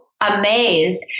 amazed